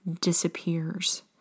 disappears